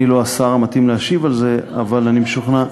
אני לא השר המתאים להשיב על זה, אבל אני משוכנע,